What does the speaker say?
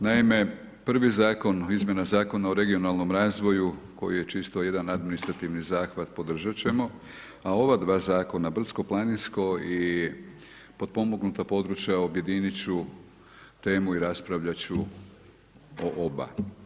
Naime, prvi Zakon o izmjenama Zakona o regionalnom razvoju koji je čisto jedan administrativni zahvat podržati ćemo a ova dva zakona brdsko planinsko i potpomognuta područja objediniti ću temu i raspravljati ću o oba.